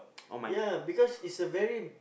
ya because it's a very